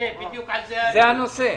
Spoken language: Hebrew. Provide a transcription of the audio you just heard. זה הנושא.